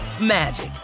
magic